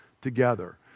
together